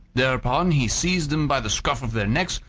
thereupon he seized them by the scruff of their necks,